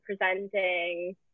presenting